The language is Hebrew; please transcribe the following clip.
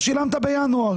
בינואר, שילמת בינואר.